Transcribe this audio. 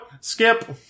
Skip